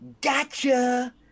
Gotcha